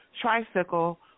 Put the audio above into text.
tricycle